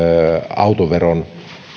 autoveron